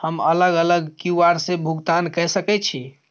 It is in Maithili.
हम अलग अलग क्यू.आर से भुगतान कय सके छि?